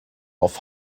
auf